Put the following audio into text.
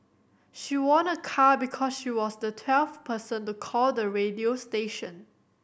she won a car because she was the twelfth person to call the radio station